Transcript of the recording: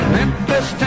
Memphis